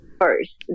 first